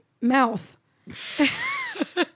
mouth